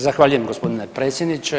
Zahvaljujem gospodine predsjedniče.